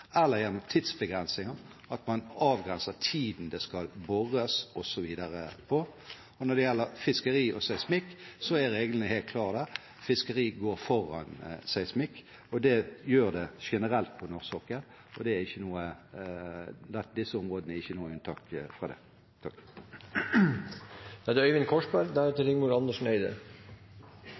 eller gjennom tidsbegrensninger, at man avgrenser tiden for når det skal bores, osv. Når det gjelder fiskeri og seismikk, er reglene helt klare. Fiskeri går foran seismikk, det gjør det generelt på norsk sokkel, og disse områdene er ikke noe unntak fra det. Jeg kan bare slutte meg fullt og helt til det